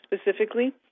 specifically